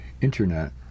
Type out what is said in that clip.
internet